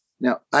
Now